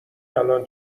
الان